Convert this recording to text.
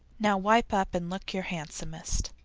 now wipe up and look your handsomest!